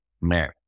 man